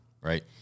right